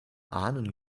ahnen